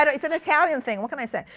and it's an italian thing. what can i say?